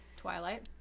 Twilight